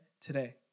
today